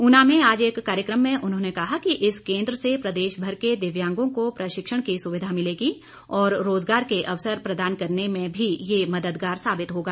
ऊना में आज एक कार्यक्रम में उन्होंने कहा कि इस केन्द्र से प्रदेशभर के दिव्यांगों को प्रशिक्षण की सुविधा मिलेगी और रोजगार के अवसर प्रदान करने में भी ये मददगार साबित होगा